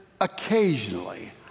Occasionally